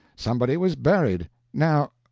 somebody was buried. now,